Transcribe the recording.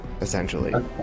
essentially